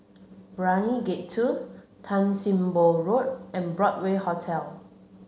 Brani Gate Two Tan Sim Boh Road and Broadway Hotel